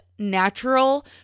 natural